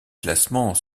classement